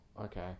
okay